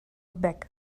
back